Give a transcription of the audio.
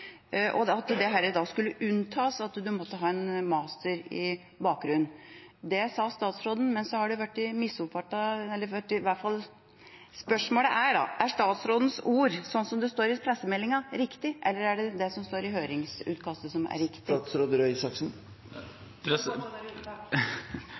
og at det skulle unntas at en måtte ha en masterbakgrunn. Spørsmålet er: Er statsrådens ord, sånn det står i pressemeldinga, riktige, eller er det det som står i høringsutkastet som er